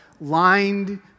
lined